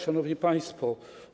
Szanowni Państwo!